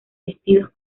vestidos